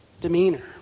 demeanor